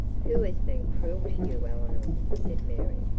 who has been cruel to you, eleanor said mary.